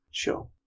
Sure